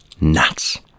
nuts